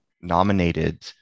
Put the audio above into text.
nominated